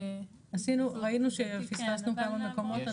ראינו שפספסנו כמה מקומות,